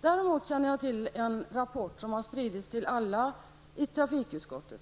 Däremot känner jag till en rapport som har spridits till alla i trafikutskottet.